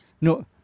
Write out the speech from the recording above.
no